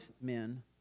men